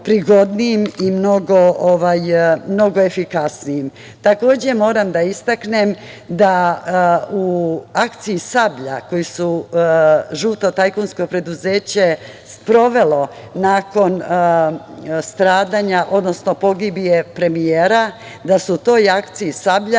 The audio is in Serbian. i mnogo efikasnijim. Takođe, moram da istaknem da u akciji „Sablja“, koju je žuto tajkunsko preduzeće sprovelo nakon stradanja, odnosno pogibije premijera, da su u toj akciji „Sablja“